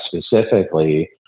specifically